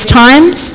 times